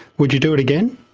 would you do it again?